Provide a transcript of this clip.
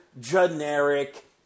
generic